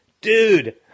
dude